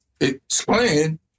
explain